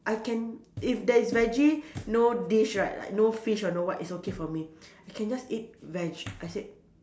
I can if there is veggie no dish right like no fish or no what it's okay for me I can just eat veg I said